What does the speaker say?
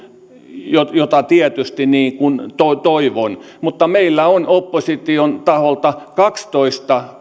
mitä tietysti toivon mutta meillä on opposition taholta kaksitoista